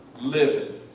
liveth